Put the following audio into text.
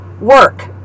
work